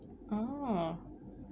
ah